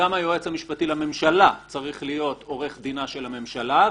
גם היועץ המשפטי לממשלה צריך להיות עורך דינה של הממשלה,